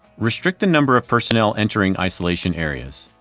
restrict the number of personnel entering isolation areas.